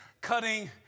cutting